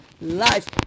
Life